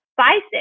spices